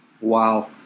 Wow